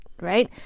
right